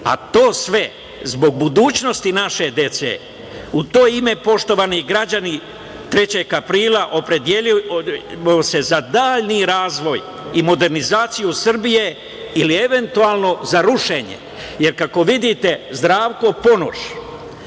a to sve zbog budućnosti naše dece.U to ime, poštovani građani, 3. aprila opredeljujemo se za dalji razvoj i modernizaciju Srbije ili eventualno za rušenje, jer kako vidite, Zdravko Ponoš,